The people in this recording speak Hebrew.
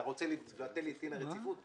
אתה רוצה לבטל דין רציפות,